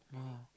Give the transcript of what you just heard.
oh